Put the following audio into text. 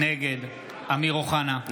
נגד אמיר אוחנה,